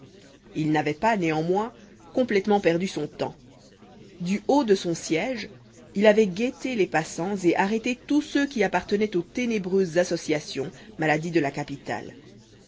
il n'avait pas néanmoins complètement perdu son temps du haut de son siège il avait guetté les passants et arrêté tous ceux qui appartenaient aux ténébreuses associations maladie de la capitale